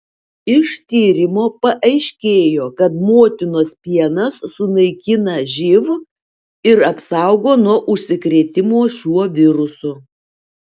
iš tyrimo paaiškėjo kad motinos pienas sunaikina živ ir apsaugo nuo užsikrėtimo šiuo virusu